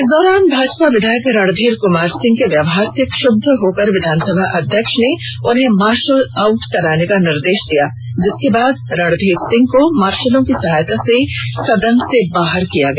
इस दौरान भाजपा विधायक रणधीर कुमार सिंह के व्यवहार से क्षब्ध होकर विधानसभा अध्यक्ष ने उन्हें मार्शल आउट करने का निर्देश दिया जिसके बाद रणधीर सिंह को मार्शलों की सहायता से सदन से बाहर कर दिया गया